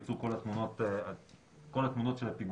ההוצאה של התמונות או עצם קיומן של התמונות כפי